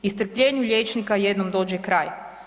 I strpljenju liječnika jednom dođe kraj.